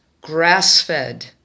grass-fed